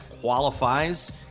qualifies